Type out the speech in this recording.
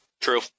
True